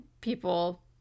people